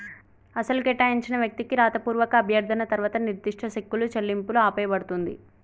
అసలు కేటాయించిన వ్యక్తికి రాతపూర్వక అభ్యర్థన తర్వాత నిర్దిష్ట సెక్కులు చెల్లింపులు ఆపేయబడుతుంది